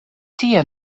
tie